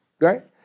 right